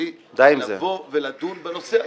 לבוא ולדון בנושא הזה.